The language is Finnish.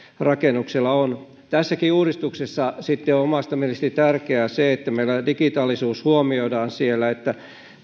rakennuksella on tässäkin uudistuksessa sitten on omasta mielestäni tärkeää se että meillä digitaalisuus huomioidaan siellä että